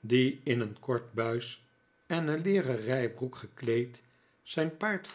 die in een kort buis en een leeren rijbroek gekleed zijn paard